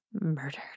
Murdered